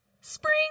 Spring